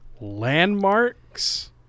Landmarks